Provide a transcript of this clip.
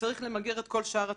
וצריך למגר את כל שאר הצבעים.